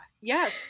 Yes